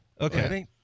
okay